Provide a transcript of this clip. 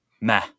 meh